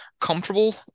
comfortable